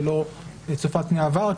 ולא צופה פני עבר,